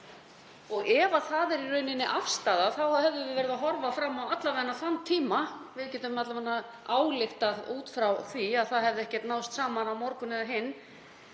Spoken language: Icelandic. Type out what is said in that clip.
Ef það er í rauninni afstaðan þá hefðum við verið að horfa fram á alla vega þann tíma, við getum þá ályktað út frá því að það hefði ekki náðst saman á morgun eða hinn.